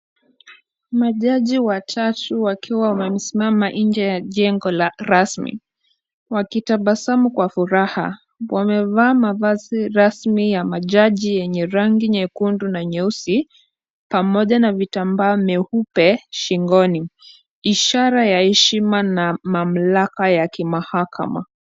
Majaji wachache wakiwa wamesimama nje ya jengo la rasmi. Wakitabasamu kwa furaha, wamevaa mavazi rasmi ya majaji yenye rangi nyekundu na nyeusi pamoja na vitambaa meupe shingoni. Ishara ya heshima na mamlaka ya kimahakama.